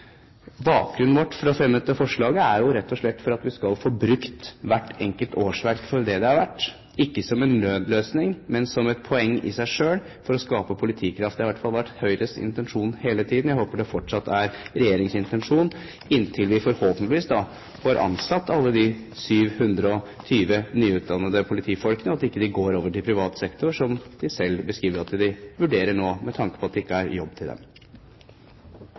Bakgrunnen vår for å fremme dette forslaget er rett og slett å få brukt hvert enkelt årsverk for det det er verdt – ikke som en nødløsning, men som et poeng i seg selv for å skape politikraft. Det har i hvert fall vært Høyres intensjon hele tiden, og jeg håper det fortsatt er regjeringens intensjon inntil vi – forhåpentligvis – får ansatt alle de 720 nyutdannede politifolkene, og at de ikke går over i privat sektor, som de selv beskriver at de nå vurderer med tanke på at det ikke er jobb til dem.